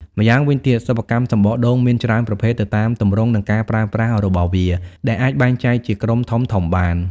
ម្យ៉ាងវិញទៀត សិប្បកម្មសំបកដូងមានច្រើនប្រភេទទៅតាមទម្រង់និងការប្រើប្រាស់របស់វា ដែលអាចបែងចែកជាក្រុមធំៗបាន។